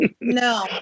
No